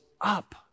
up